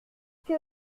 que